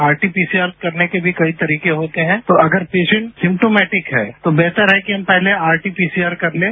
RTPCR करने के भी कई तरीके होते हैं तो अगर पेशेंट सिमटॉमेटिक है तो बेहतर है कि हम पहले आरटीपीसीआर कर लें